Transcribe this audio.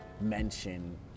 mention